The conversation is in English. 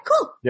cool